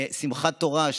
שמחת תורה,